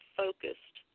focused